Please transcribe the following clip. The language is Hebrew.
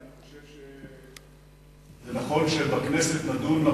כי אני חושב שזה נכון שבכנסת נדון,